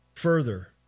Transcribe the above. Further